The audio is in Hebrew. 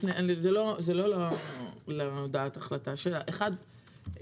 אחת,